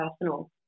personal